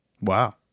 Wow